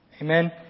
Amen